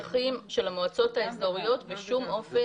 בשטחים של המועצות האזוריות בשום אופן.